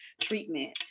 treatment